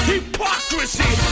Hypocrisy